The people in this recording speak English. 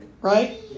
right